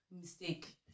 mistake